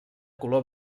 color